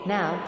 Now